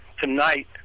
Tonight